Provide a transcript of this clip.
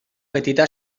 petita